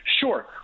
sure